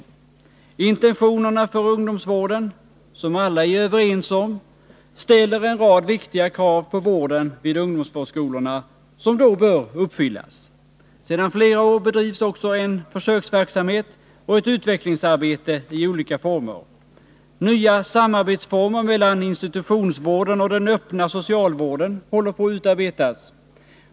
Intentionerna för ungdomsvården — som alla är överens om — ställer en rad viktiga krav på vården vid ungdomsvårdsskolorna som då bör uppfyllas. Sedan flera år bedrivs också en försöksverksamhet och ett utvecklingsarbete i olika former. Nya former för samarbete mellan institutionsvården och den öppna socialvården håller på att utarbetas.